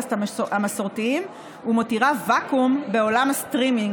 והברודקאסט המסורתיים ומותירה ואקום בעולם הסטרימינג,